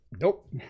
Nope